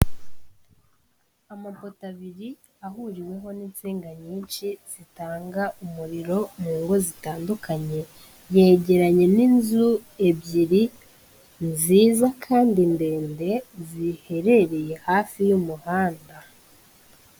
Amapoto abiri ahuriweho n'insinga nyinshi zitanga umuriro mu ngo zitandukanye, yegeranye n'inzu ebyiri nziza kandi ndende ziherereye hafi y'umuhanda.